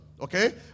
okay